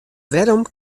wêrom